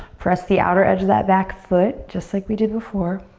press the outer edge of that back foot, just like we did before.